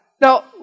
Now